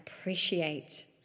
appreciate